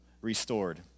restored